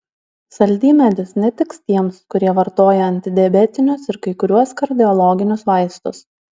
saldymedis netiks tiems kurie vartoja antidiabetinius ir kai kuriuos kardiologinius vaistus